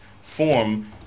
form